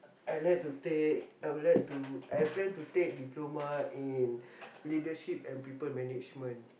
I like to take I would like to I plan to take diploma in leadership and people management